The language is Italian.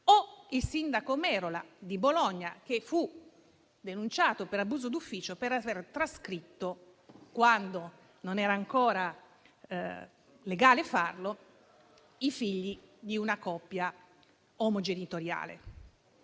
o il sindaco Merola, di Bologna, che fu denunciato per abuso d'ufficio per aver trascritto, quando non era ancora legale farlo, i figli di una coppia omogenitoriale.